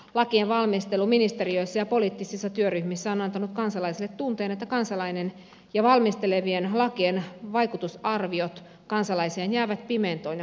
lakien valmistelu ministeriöissä ja poliittisissa työryhmissä on antanut kansalaisille tunteen että kansalainen ja valmistelevien lakien vaikutusarviot kansalaiseen jäävät pimentoon ja kuulumattomiin